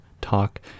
talk